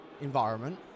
environment